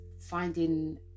finding